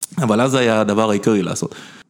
אבל אז זה היה הדבר העיקרי לעשות.